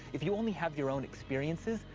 if you only have your own experiences,